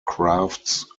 crafts